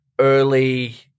early